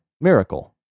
Miracle